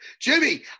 jimmy